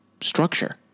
structure